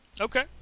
Okay